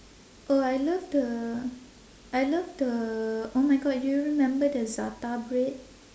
oh I love the I love the oh my god do you remember the za'atar bread